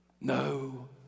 No